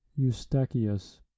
Eustachius